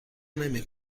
نمی